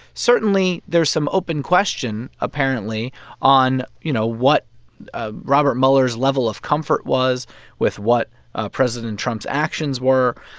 certainly there's some open question apparently on, you know, what ah robert mueller's level of comfort was with what ah president trump's actions were.